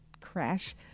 crash